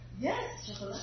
Yes